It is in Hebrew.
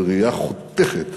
בראייה חותכת,